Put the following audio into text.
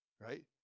right